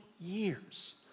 years